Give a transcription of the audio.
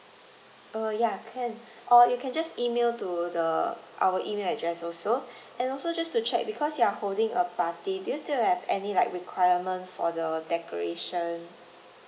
uh ya can or you can just email to the our email address also and also just to check because you are holding a party do you still have any like requirement for the decoration